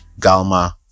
galma